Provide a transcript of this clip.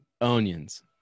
Onions